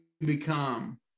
become